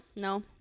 No